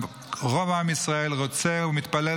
ורוב עם ישראל רוצה ומתפלל,